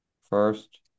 First